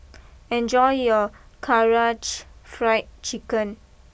enjoy your Karaage Fried Chicken